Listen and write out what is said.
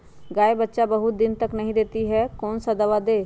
गाय बच्चा बहुत बहुत दिन तक नहीं देती कौन सा दवा दे?